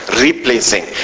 replacing